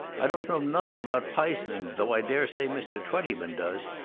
i don't know nothing about p'isoning, though i dare say mr. twentyman does.